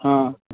हँ